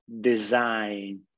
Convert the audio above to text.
design